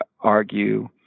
argue